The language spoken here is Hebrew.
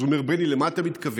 אז הוא אומר: בני, למה אתה מתכוון?